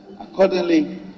Accordingly